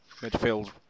midfield